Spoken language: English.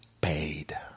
paid